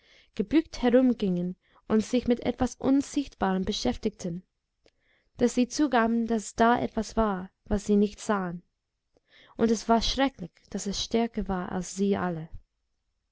gebückt herumgingen und sich mit etwas unsichtbarem beschäftigten daß sie zugaben daß da etwas war was sie nicht sahen und es war schrecklich daß es stärker war als sie alle